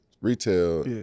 retail